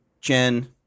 Jen